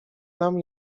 nam